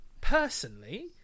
personally